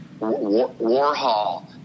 Warhol